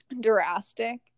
drastic